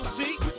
deep